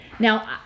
Now